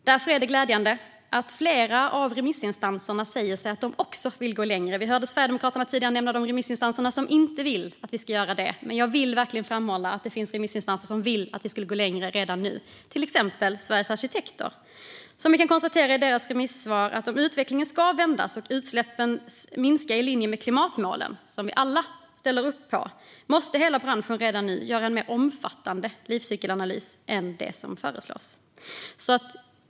Därför är det glädjande att flera av remissinstanserna säger att de också vill gå längre. Vi hörde Sverigedemokraterna tidigare nämna de remissinstanser som inte vill att vi ska göra det, men jag vill verkligen framhålla att det finns remissinstanser som vill att vi ska gå längre redan nu. Det gäller till exempel Sveriges Arkitekter, som konstaterar i sitt remissvar att om utvecklingen ska vändas och utsläppen minska i linje med de klimatmål som vi alla ställer upp på måste hela branschen redan nu göra en mer omfattande livscykelanalys än den som föreslås.